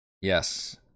Yes